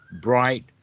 bright